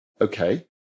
Okay